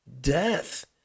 death